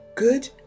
good